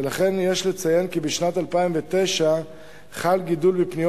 ולכן יש לציין כי בשנת 2009 חל גידול בפניות